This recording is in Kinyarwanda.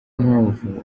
mpamvu